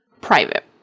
private